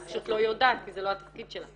היא פשוט לא יודעת כי זה לא התפקיד שלה.